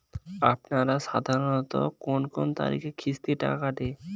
আপনারা সাধারণত কোন কোন তারিখে কিস্তির টাকা কাটে?